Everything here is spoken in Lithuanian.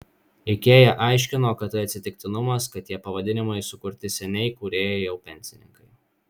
ikea aiškino kad tai atsitiktinumas kad tie pavadinimai sukurti seniai kūrėjai jau pensininkai